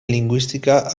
lingüística